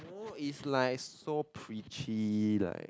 who is like so preachy like